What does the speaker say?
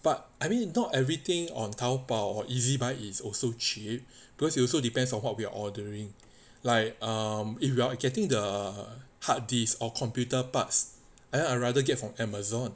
but I mean not everything on taobao ezbuy is also cheap because you also depends on what we are ordering like um if you are getting the hard disk or computer parts then I'd rather get from amazon